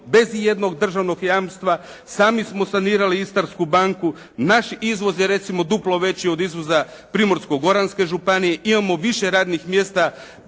bez ijednog državnog jamstva, sami smo sanirali istarsku banku, naš izvoz je recimo duplo veći od izvoza Primorsko-goranske županije, imamo više radnih mjesta